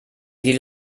gilt